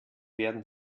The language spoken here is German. werden